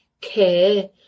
care